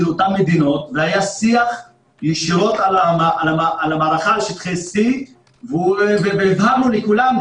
אותן מדינות והיה שיח ישירות על המערכה על שטחי C והתרענו בפני כולם,